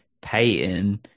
Peyton